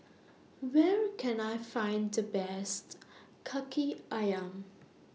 Where Can I Find The Best Kaki Ayam